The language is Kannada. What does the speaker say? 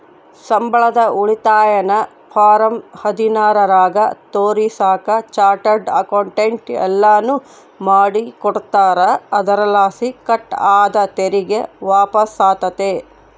ಸಂಬಳದ ಉಳಿತಾಯನ ಫಾರಂ ಹದಿನಾರರಾಗ ತೋರಿಸಾಕ ಚಾರ್ಟರ್ಡ್ ಅಕೌಂಟೆಂಟ್ ಎಲ್ಲನು ಮಾಡಿಕೊಡ್ತಾರ, ಅದರಲಾಸಿ ಕಟ್ ಆದ ತೆರಿಗೆ ವಾಪಸ್ಸಾತತೆ